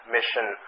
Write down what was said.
Mission